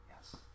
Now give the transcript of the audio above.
Yes